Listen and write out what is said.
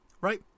right